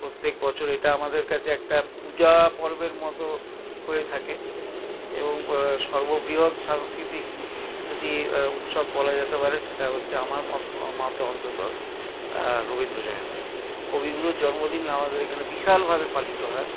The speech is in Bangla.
প্রত্যেক বছর এটা আমাদের কাছে একটা পূজা পর্বের মতো হয়ে থাকে এবং সর্ববৃহৎ সাংস্কৃতিক যদি উৎসব বলা যেতে পারে সেটা হচ্ছে আমার মতে অন্তত রবীন্দ্র জয়ন্তী কবিগুরুর জন্মদিন আমাদের এখানে বিশালভাবে পালিত হয়